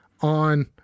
on